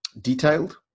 detailed